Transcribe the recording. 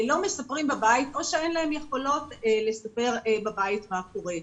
לא מספרים בבית או שאין להם יכולות לספר בבית מה קורה.